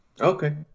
Okay